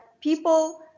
people